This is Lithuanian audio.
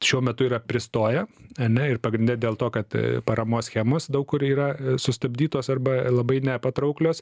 šiuo metu yra pristoję ane ir pagrinde dėl to kad paramos schemos daug kur yra sustabdytos arba labai nepatrauklios